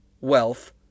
wealth